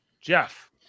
Jeff